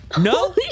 No